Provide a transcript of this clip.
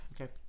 Okay